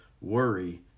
worry